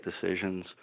decisions